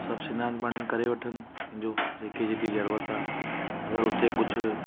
सभु सनानु पाणी करे वठनि पंहिंजो जेके जेतिरी ज़रूरत आहे अगरि हुते कुझु